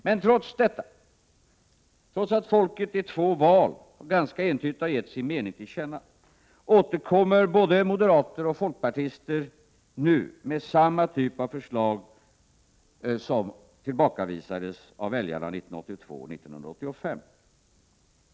Men trots att folket i två val ganska entydigt har gett sin mening till känna återkommer både moderater och folkpartister nu med samma typ av förslag som de som tillbakavisades av väljarna 1982 och 1985.